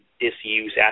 disuse